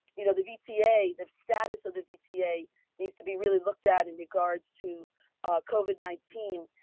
you know, the vta, the status of the vta needs to be really looked at in regards to covid nineteen,